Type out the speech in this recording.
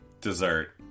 dessert